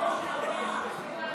נגד.